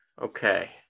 Okay